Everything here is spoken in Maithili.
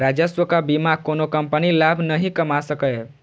राजस्वक बिना कोनो कंपनी लाभ नहि कमा सकैए